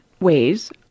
ways